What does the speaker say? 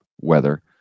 weather